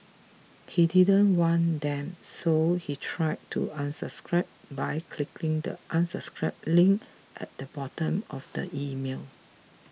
he didn't want them so he tried to unsubscribe by clicking the unsubscribe link at the bottom of the email